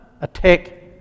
attack